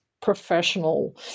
professional